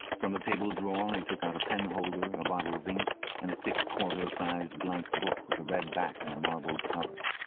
from the table drawer he took out a penholder, a bottle of ink, and a thick, quarto-sized blank book with a red back and a marbled cover.